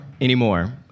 Anymore